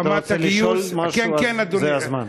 אם אתה רוצה לשאול משהו, זה הזמן.